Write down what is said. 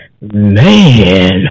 man